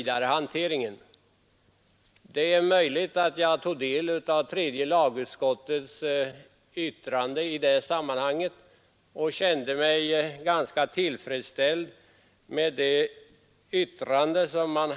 Det är möjligt att jag tog intryck av tredje lagutskottet i det sammanhanget och kände mig tillfredsställd med dess yttrande.